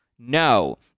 no